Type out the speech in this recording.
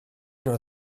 nhw